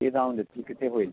ते जाऊ देत ते कित्येक होईल